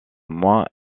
moins